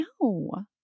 No